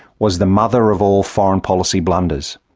was the mother of all foreign policy blunders.